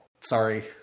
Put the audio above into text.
sorry